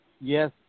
Yes